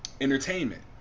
entertainment